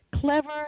clever